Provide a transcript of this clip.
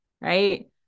right